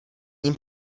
ním